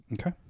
Okay